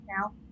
now